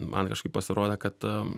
man kažkaip pasirodė kad tam